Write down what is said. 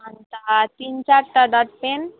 अन्त तिन चारवटा डटपेन